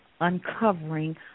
uncovering